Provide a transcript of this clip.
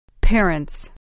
Parents